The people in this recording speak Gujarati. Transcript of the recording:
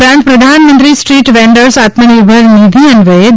ઉપરાંત પ્રધાનમંત્રી સ્ટ્રીટ વેન્ડર્સ આત્મનિર્ભર નિધિ અન્વયે રૂ